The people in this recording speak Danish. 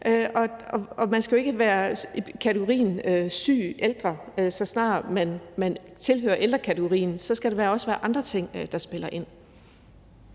og man skal jo ikke placeres i kategorien syg ældre, så snart man tilhører ældrekategorien. Så skal der da også være andre ting, der spiller ind.